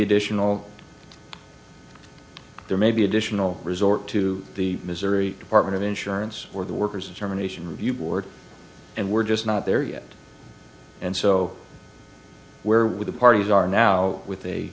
additional there may be additional resort to the missouri department of insurance or the workers and germination review board and we're just not there yet and so where were the parties are now with